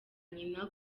nyina